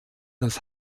das